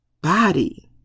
body